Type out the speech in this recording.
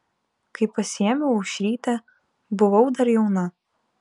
kai pasiėmiau aušrytę buvau dar jauna